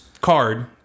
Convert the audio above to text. card